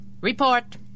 Report